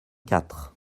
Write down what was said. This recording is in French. quatre